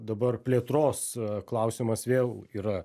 dabar plėtros klausimas vėl yra